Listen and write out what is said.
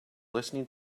listening